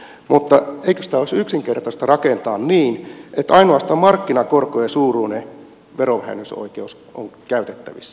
mutta eikös tämä olisi yksinkertaista rakentaa niin että ainoastaan markkinakorkojen suuruinen verovähennysoikeus on käytettävissä